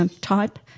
type